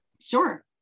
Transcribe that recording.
sure